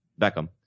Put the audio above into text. Beckham